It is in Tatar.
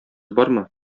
бармы